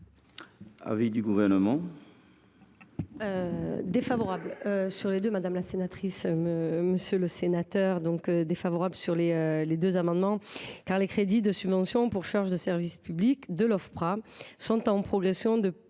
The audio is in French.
l’avis du Gouvernement ?